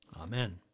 Amen